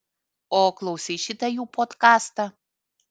o klausei šitą jų podkastą